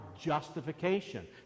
justification